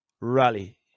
rally